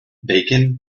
bacon